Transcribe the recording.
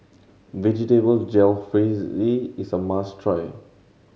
Vegetable Jalfrezi is a must try